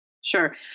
Sure